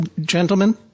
Gentlemen